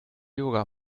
yoga